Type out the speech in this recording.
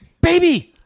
baby